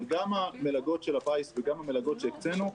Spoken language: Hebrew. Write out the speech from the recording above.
גם המלגות של הפיס וגם המלגות שהקצינו,